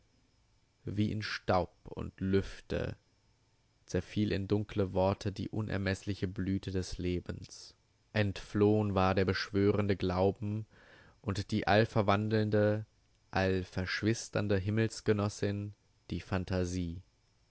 wie in staub und lüfte zerfiel in dunkle worte die unermeßliche blüte des lebens entflohn war der beschwörende glauben und die allverwandelnde allverschwisternde himmelsgenossin die phantasie